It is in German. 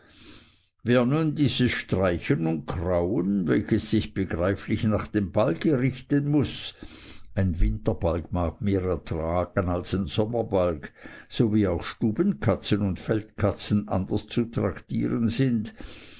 wer nun dieses streichen und krauen welches sich begreiflich nach dem balge richten muß ein winterbalg mag mehr er tragen als ein sommerbalg so wie auch stubenkatzen und feldkatzen anders zu traktieren sind